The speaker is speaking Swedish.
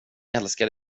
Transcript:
älskar